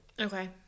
okay